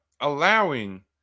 allowing